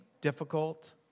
difficult